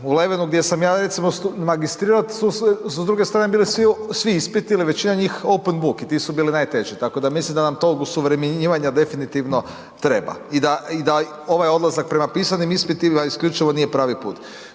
U Levenu gdje sam ja recimo magistrirao su s druge strane bili svi ispiti ili većina njih, open book i ti su bili najteži tako da mislim da nam to osuvremenjivanja definitivno treba i da ovaj odlazak prema pisanim ispitima isključivo nije pravi put.